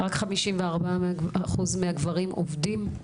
רק 54 אחוזים מהגברים עובדים.